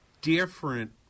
different